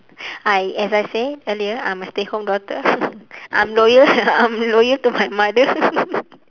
I as I say earlier I'm a stay home daughter I'm loyal I'm loyal to my mother